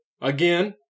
again